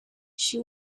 she